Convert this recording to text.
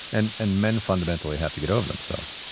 and and men fundamentally have to get over themselves.